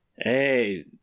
hey